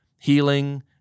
healing